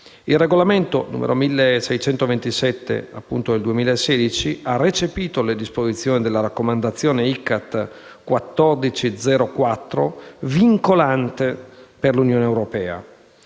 Il regolamento n. 1627 del 2016 ha recepito le disposizioni della raccomandazione ICCAT 14-04, vincolante per l'Unione europea.